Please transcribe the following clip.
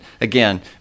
Again